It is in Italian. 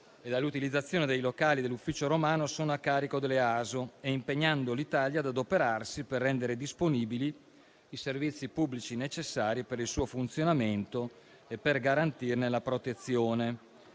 e dall'utilizzazione dei locali dell'Ufficio romano sono a carico dell'EASO, e impegnando l'Italia ad adoperarsi per rendere disponibili i servizi pubblici necessari per il suo funzionamento e per garantirne la protezione.